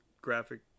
graphic